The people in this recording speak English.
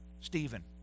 Stephen